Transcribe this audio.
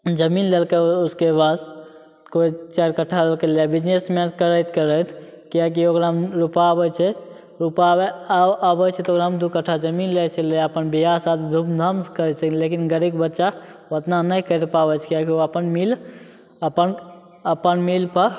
जमीन लेलकै उसके बाद कोइ चारि कट्ठा लेलकै लए बिजनेस करैत करैत किएकि ओकरा रूपा आबै छै रूपा आबे आबै छै तऽ ओकरामे दू कट्ठा जमीन लए लै छै अपन विवाह शादी धूमधाम सऽ करै छै लेकिन गरीबके बच्चा ओतना नहि कैरि पाबै छै किएकि ओ अपन मील अपन अपन मील पे